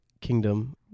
Kingdom